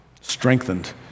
strengthened